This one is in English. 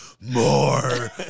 more